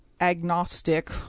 agnostic